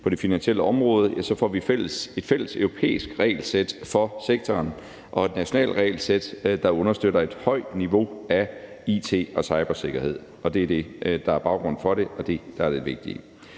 på det finansielle område får vi et fælleseuropæisk regelsæt for sektoren og et nationalt regelsæt, der understøtter et højt niveau af it- og cybersikkerhed, og det er det, der er baggrunden for det, og det, der er det vigtige.